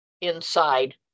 inside